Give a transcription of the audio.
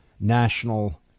national